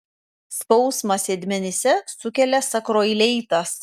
skausmą sėdmenyse sukelia sakroileitas